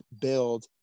build